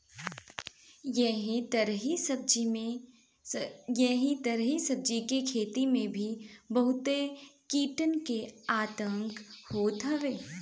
एही तरही सब्जी के खेती में भी बहुते कीटन के आतंक होत हवे